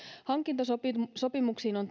hankintasopimuksiin on